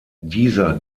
dieser